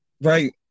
Right